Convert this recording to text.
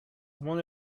one